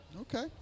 Okay